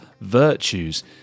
virtues